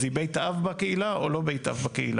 אז היא בית אב בקהילה או לא בית אב בקהילה?